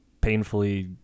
Painfully